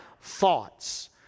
thoughts